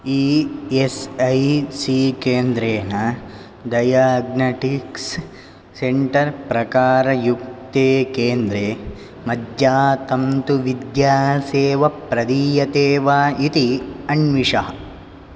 E S I C केन्द्रेण diagnostics centre प्रकारयुक्ते केन्द्रे मज्जातन्तुविद्यासेवप्रदीयते वा इति अन्विष